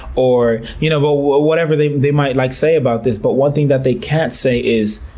or you know or whatever they they might like say about this. but one thing that they can say is,